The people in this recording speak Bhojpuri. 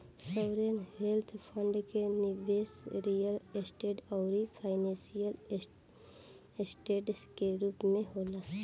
सॉवरेन वेल्थ फंड के निबेस रियल स्टेट आउरी फाइनेंशियल ऐसेट के रूप में होला